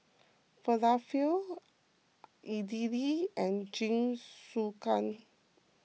Falafel Idili and Jingisukan